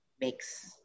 makes